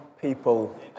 people